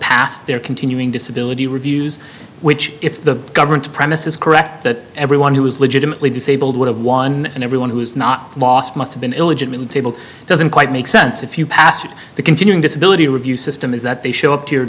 passed their continuing disability reviews which if the government premise is correct that everyone who is legitimately disabled would have one and everyone who is not lost must have been illegitimately table doesn't quite make sense if you passed the continuing disability review system is that they show up to your